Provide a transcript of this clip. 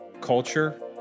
culture